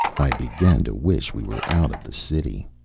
i began to wish we were out of the city.